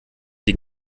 die